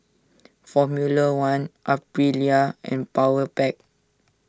Formula one Aprilia and Powerpac